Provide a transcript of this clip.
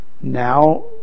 now